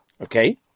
okay